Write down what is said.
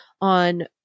on